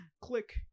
click